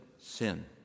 sin